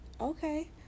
Okay